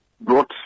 brought